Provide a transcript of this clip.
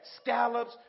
scallops